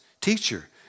Teacher